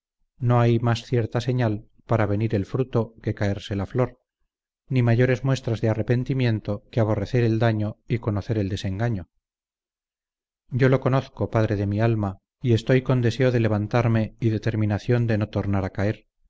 no hay más cierta señal para venir el fruto que caerse la flor ni mayores muestras de arrepentimiento que aborrecer el daño y conocer el desengaño yo lo conozco padre de mi alma y estoy con deseo de levantarme y determinación de no tornar a caer